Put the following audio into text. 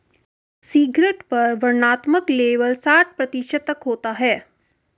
cigarette पर वर्णनात्मक label साठ प्रतिशत तक होता है